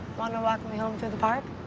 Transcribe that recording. want to walk me home through the park?